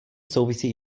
souvisí